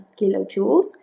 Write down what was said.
kilojoules